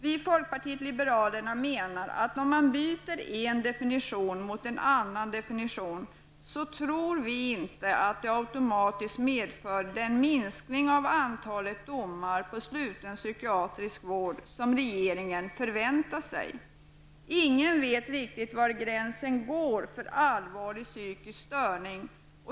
Vi i folkpartiet liberalerna menar att om man byter en definition mot en annan definition, tror vi inte att det automatiskt medför den minskning av antalet domar till sluten psykiatrisk vård som regeringen förväntar sig. Ingen vet riktigt var gränsen går för allvarlig psykisk störning.